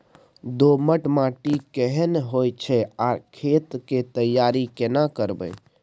दोमट माटी केहन होय छै आर खेत के तैयारी केना करबै?